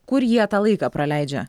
kur jie tą laiką praleidžia